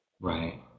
Right